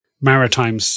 maritime